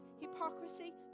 hypocrisy